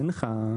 אין לך.